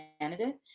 candidate